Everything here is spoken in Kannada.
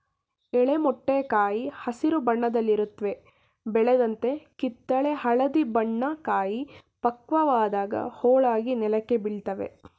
ಎಳೆ ಮೊಟ್ಟೆ ಕಾಯಿ ಹಸಿರು ಬಣ್ಣದಲ್ಲಿರುತ್ವೆ ಬೆಳೆದಂತೆ ಕಿತ್ತಳೆ ಹಳದಿ ಬಣ್ಣ ಕಾಯಿ ಪಕ್ವವಾದಾಗ ಹೋಳಾಗಿ ನೆಲಕ್ಕೆ ಬೀಳ್ತವೆ